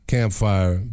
Campfire